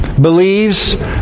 believes